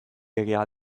egia